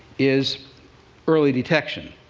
is early detection,